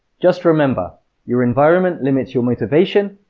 just remember your environment limits your motivation,